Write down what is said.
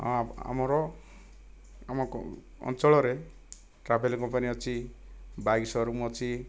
ହଁ ଆମର ଆମ ଅଞ୍ଚଳରେ ଟ୍ରାଭେଲ କମ୍ପାନୀ ଅଛି ବାଇକ ସୋ ରୁମ୍ ଅଛି